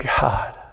God